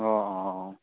অঁ অঁ অঁ